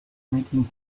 making